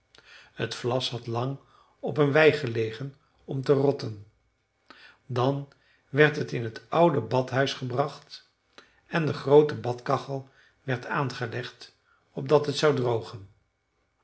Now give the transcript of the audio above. t vlas had lang op een wei gelegen om te rotten dan werd het in het oude badhuis gebracht en de groote badkachel werd aangelegd opdat het zou drogen